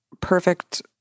perfect